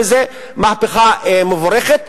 וזו מהפכה מבורכת.